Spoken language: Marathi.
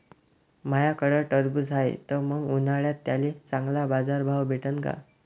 माह्याकडं टरबूज हाये त मंग उन्हाळ्यात त्याले चांगला बाजार भाव भेटन का?